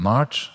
March